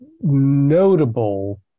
notable